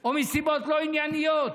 או מסיבות לא ענייניות,